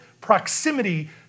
proximity